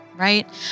right